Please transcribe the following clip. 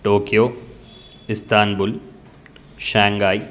Tokyo Istanbul Shanghai